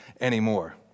anymore